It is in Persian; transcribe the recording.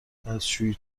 دستشویی